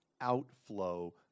outflow